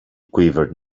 quivered